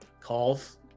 calls